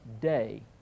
day